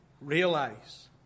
realize